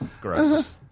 Gross